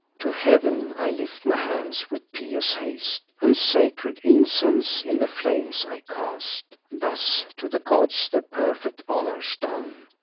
to heav'n i lift my hands with pious haste, and sacred incense in the flames i cast. thus to the gods their perfect honors done,